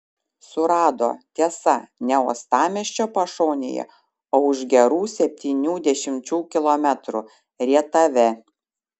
surado tiesa ne uostamiesčio pašonėje o už gerų septynių dešimčių kilometrų rietave